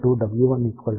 కాబట్టి L1 W1 15